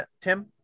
Tim